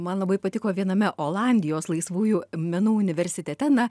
man labai patiko viename olandijos laisvųjų menų universitete na